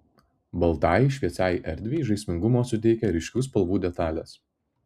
baltai šviesiai erdvei žaismingumo suteikia ryškių spalvų detalės